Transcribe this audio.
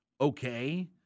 okay